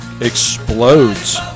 explodes